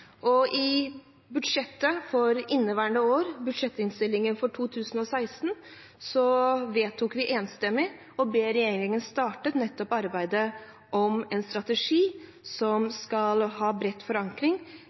behandlingen av budsjettet for inneværende år – budsjettinnstillingen for 2016 – vedtok vi enstemmig å be regjeringen starte nettopp arbeidet med en strategi som skal ha bred forankring